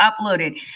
uploaded